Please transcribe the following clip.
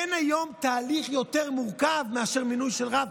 אין היום תהליך יותר מורכב מאשר מינוי של רב,